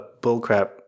bullcrap